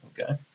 Okay